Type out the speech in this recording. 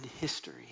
history